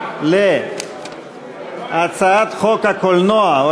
נדמה לי שחבר הכנסת זחאלקה לא הבין